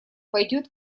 пойдет